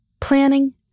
planning